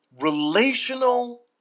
relational